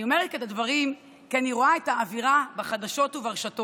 אני אומרת את הדברים כי אני רואה את האווירה בחדשות וברשתות.